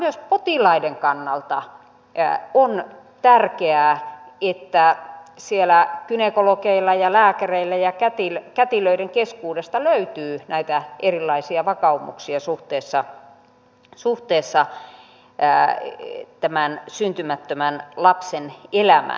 myös potilaiden kannalta on tärkeää että siellä gynekologeilla ja lääkäreillä ja kätilöiden keskuudesta löytyy näitä erilaisia vakaumuksia suhteessa tämän syntymättömän lapsen elämään